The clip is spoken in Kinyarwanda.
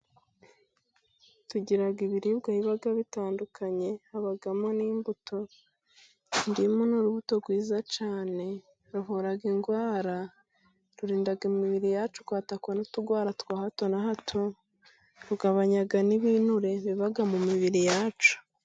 Tugira ibiribwa biba bitandukanye， habamo n'imbuto， indimu ni urubuto rwiza cyane， ruvura indwara， rurinda imibiri yacu，kwatakwa n'uturwara twa hato na hato， rugabanya n’ibinure biba mu mibiri yacu.